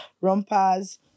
rompers